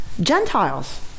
Gentiles